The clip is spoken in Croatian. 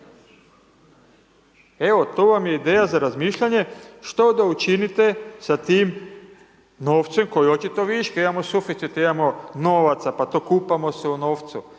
Evo to vam je ideja za razmišljanje, što da učinite sa tim novcem koji je očito višak, imamo suficit, imamo novaca, pa to kupamo se u novcu,